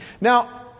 Now